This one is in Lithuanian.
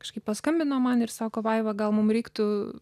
kažkaip paskambino man ir sako vaiva gal mums reiktų